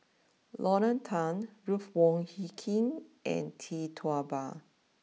Lorna Tan Ruth Wong Hie King and Tee Tua Ba